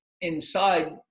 inside